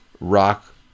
rock